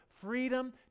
freedom